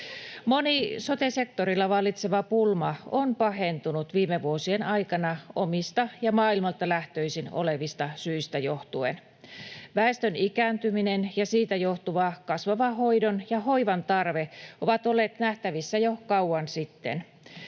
Moni sote-sektorilla vallitseva pulma on pahentunut viime vuosien aikana omista ja maailmalta lähtöisin olevista syistä johtuen. Väestön ikääntyminen ja siitä johtuva kasvava hoidon ja hoivan tarve ovat olleet nähtävissä jo kauan sitten.